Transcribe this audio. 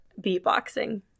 Beatboxing